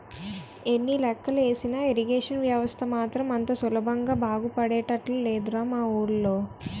ఎన్ని లెక్కలు ఏసినా ఇరిగేషన్ వ్యవస్థ మాత్రం అంత సులభంగా బాగుపడేటట్లు లేదురా మా వూళ్ళో